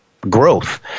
growth